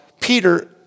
Peter